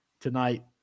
tonight